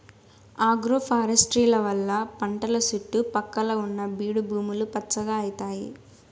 agroforestry వల్ల పంటల సుట్టు పక్కల ఉన్న బీడు భూములు పచ్చగా అయితాయి